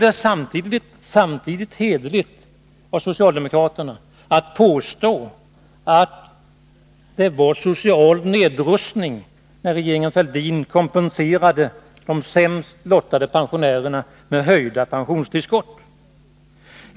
Är det hederligt av socialdemokraterna att samtidigt påstå att det innebar en social nedrustning när regeringen Fälldin kompenserade de sämst lottade pensionärerna med höjda pensionstillskott?